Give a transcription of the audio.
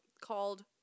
called